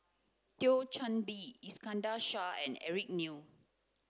Thio Chan Bee Iskandar Shah and Eric Neo